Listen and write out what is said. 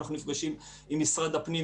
אנחנו נפגשים עם משרד הפנים,